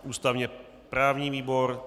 Ústavněprávní výbor.